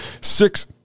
six